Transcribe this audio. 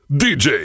dj